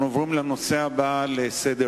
חברי הכנסת, אנחנו עוברים לנושא הבא בסדר-היום.